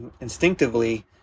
instinctively